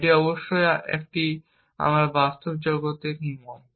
এখন অবশ্যই এই আমরা বাস্তব জগতে কি মত